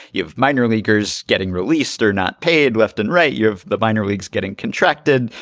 you've minor leaguers getting released or not paid left and right. you have the minor leagues getting contracted.